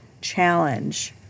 Challenge